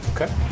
Okay